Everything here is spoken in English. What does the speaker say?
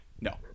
no